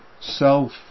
self